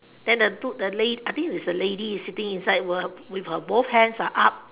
then the two the lad~ I think is a lady sitting inside with with her both hands are up